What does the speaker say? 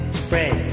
spread